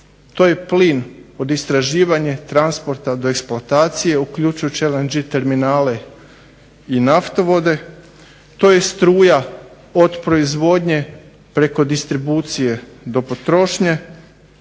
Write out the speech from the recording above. to je plin od istraživanje, transporta do eksploatacije uključujući LNG terminale i naftovode. To je struja od proizvodnje preko distribucije do potrošnje.